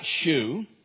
shoe